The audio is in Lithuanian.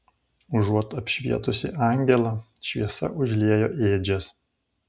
užuot apšvietusi angelą šviesa užliejo ėdžias